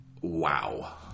wow